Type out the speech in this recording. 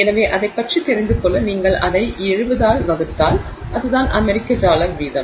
எனவே அதைப் பற்றி தெரிந்து கொள்ள நீங்கள் அதை 70 ஆல் வகுத்தால் அதுதான் அமெரிக்க டாலர் வீதம்